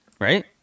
right